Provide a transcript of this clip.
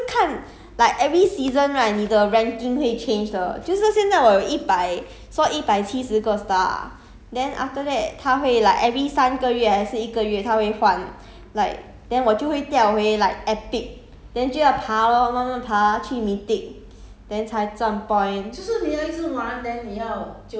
我现在是 max level liao loh orh 不知道 leh 它是看 like every season right 你的 ranking 会 change 的就是现在我有一百说一百七十个 star then after that 它会 like every 三个月还是一个月他为换 like then 我就会掉回 like epic then 就要爬 lor 慢慢爬去 mythic